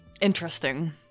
interesting